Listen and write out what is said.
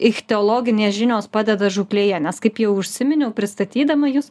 ichteologinės žinios padeda žūklėje nes kaip jau užsiminiau pristatydama jus